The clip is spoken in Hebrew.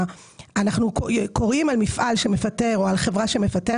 אנחנו קוראים על מפעל או על חברה שמפטרים